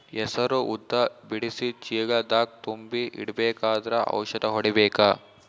ಹೆಸರು ಉದ್ದ ಬಿಡಿಸಿ ಚೀಲ ದಾಗ್ ತುಂಬಿ ಇಡ್ಬೇಕಾದ್ರ ಔಷದ ಹೊಡಿಬೇಕ?